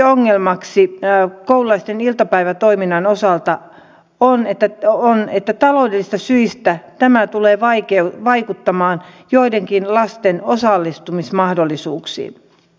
yksi ongelma koululaisten iltapäivätoiminnan osalta on että taloudellisista syistä tämä tulee vaikuttamaan joidenkin lasten osallistumismahdollisuuksiin